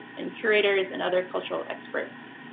and curators, and other cultural experts.